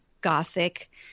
gothic